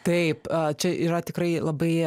taip čia yra tikrai labai